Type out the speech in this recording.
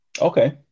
Okay